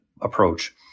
approach